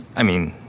i mean,